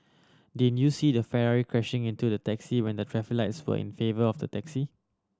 did you see the Ferrari crashing into the taxi when the traffic lights were in favour of the taxi